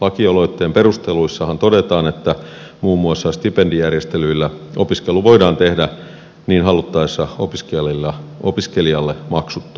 lakialoitteen perusteluissahan todetaan että muun muassa stipendijärjestelyillä opiskelu voidaan tehdä niin haluttaessa opiskelijalle maksuttomaksi